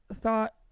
thought